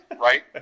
right